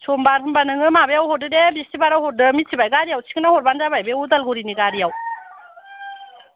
समबार होमबा नोङो माबायाव हरदो दे बिसतिबारयाव मिनथिबाय गारियाव थिखोना हरबानो जाबाय बे उदालगुरिनि गारियाव